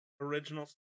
original